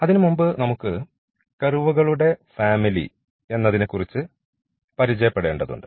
അതിനുമുമ്പ് നമുക്ക് കർവുകളുടെ ഫാമിലി എന്നതിനെക്കുറിച്ച് പരിചയപ്പെടേണ്ടതുണ്ട്